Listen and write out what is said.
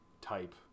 type